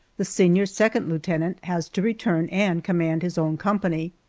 the senior second lieutenant has to return and command his own company.